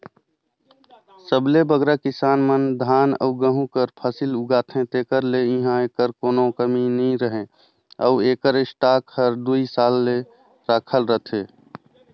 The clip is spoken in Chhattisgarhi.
सबले बगरा किसान मन धान अउ गहूँ कर फसिल उगाथें तेकर ले इहां एकर कोनो कमी नी रहें अउ एकर स्टॉक हर दुई साल ले रखाल रहथे